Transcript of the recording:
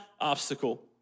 obstacle